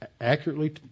accurately